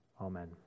Amen